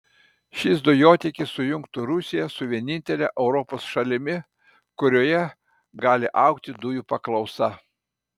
šis dujotiekis sujungtų rusiją su vienintele europos šalimi kurioje gali augti dujų paklausa